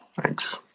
Thanks